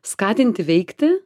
skatinti veikti